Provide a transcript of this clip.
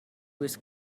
was